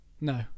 No